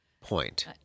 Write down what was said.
point